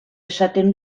esaten